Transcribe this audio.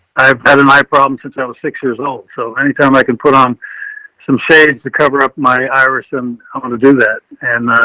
i've had an eye problem since i was six years old. so anytime i can put on some shades to cover up my iris and i'm going to do that. and